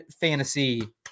fantasy